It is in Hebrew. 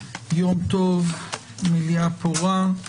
(דרכי תעמולה) (סדרי הדין בבקשות ובעררים)